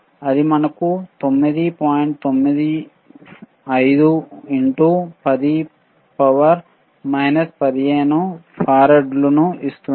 95 into 10 15 ఫారాడ్లు ను ఇస్తుంది